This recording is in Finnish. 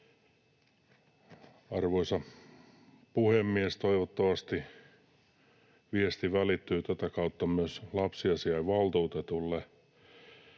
Arvoisa puhemies! Toivottavasti viesti välittyy tätä kautta myös lapsiasiainvaltuutetulle.